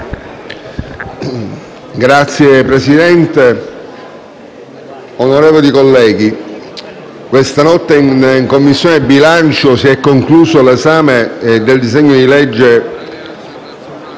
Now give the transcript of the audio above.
Signora Presidente, onorevoli colleghi, questa notte in 5a Commissione si è concluso l'esame del disegno di legge